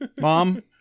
Mom